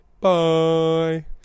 Bye